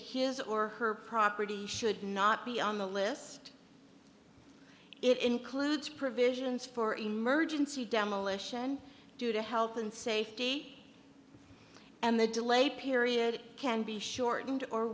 his or her property should not be on the list it includes provisions for emergency demolition due to health and safety and the delay period can be shortened or